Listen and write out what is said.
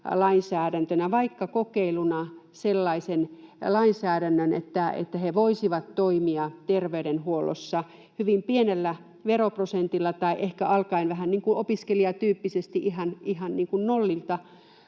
lainsäädäntönä, vaikka kokeiluna, sellaisen lainsäädännön, että he voisivat toimia terveydenhuollossa hyvin pienellä veroprosentilla tai ehkä alkaen vähän niin kuin opiskelijatyyppisesti ihan nollilta,